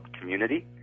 Community